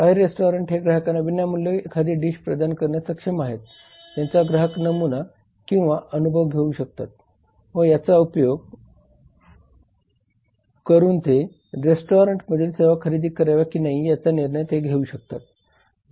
काही रेस्टॉरंट्स हे ग्राहकांना विनामूल्य एखादी डिश प्रदान करण्यास सक्षम आहेत ज्याचा ग्राहक नमुना किंवा अनुभव घेऊ शकतात व याचा उपयोग करून ते रेस्टॉरंट्मधील सेवा खरेदी कराव्या कि नाही याचा निर्णय ते घेऊ शकतात